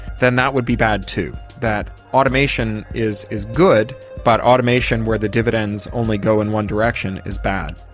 then that would be bad too. that automation is is good but automation where the dividends only go in one direction is bad.